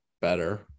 better